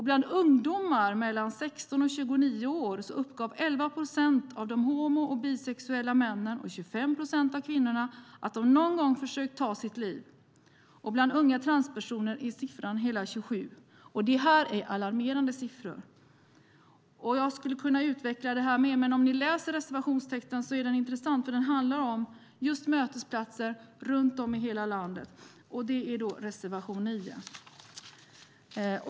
Bland ungdomar mellan 16 och 29 år uppgav 11 procent av de homo och bisexuella männen och 25 procent av kvinnorna att de någon gång försökt ta sitt liv. Bland unga transpersoner är siffran hela 27 procent. Detta är alarmerande siffror. Jag skulle kunna utveckla detta mer. Men reservation 9 är intressant eftersom den handlar just om mötesplatser runt om i hela landet.